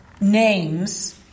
names